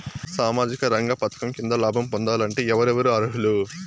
సామాజిక రంగ పథకం కింద లాభం పొందాలంటే ఎవరెవరు అర్హులు?